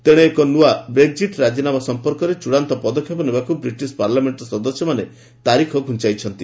ତେଣେ ଏକ ନୂଆ ବ୍ରେକ୍ଜିଟ୍ ରାଜିନାମା ସଂପର୍କରେ ଚୂଡ଼ାନ୍ତ ପଦକ୍ଷେପ ନେବାକୁ ବ୍ରିଟିଶ ପାର୍ଲାମେଷ୍ଟର ସଦସ୍ୟମାନେ ତାରିଖ ଘୁଞ୍ଚାଇଛନ୍ତି